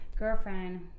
girlfriend